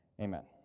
Amen